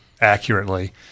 accurately